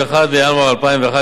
31 בינואר 2011,